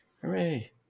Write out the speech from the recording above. hooray